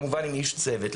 כמובן עם איש צוות.